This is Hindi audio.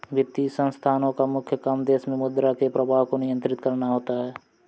वित्तीय संस्थानोँ का मुख्य काम देश मे मुद्रा के प्रवाह को नियंत्रित करना होता है